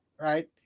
Right